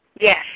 Yes